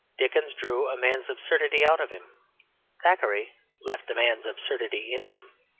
dickens drew a man's absurdity out of him thackeray left a man's absurdity in him.